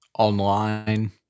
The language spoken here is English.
Online